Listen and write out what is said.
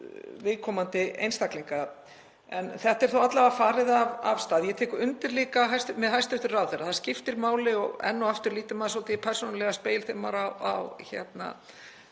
viðkomandi einstaklinga. En þetta er þó alla vega farið af stað. Ég tek undir líka með hæstv. ráðherra að það skiptir máli — enn og aftur lítur maður svolítið í persónulegan spegil, ég á aldraða